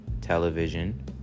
television